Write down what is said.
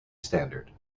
standard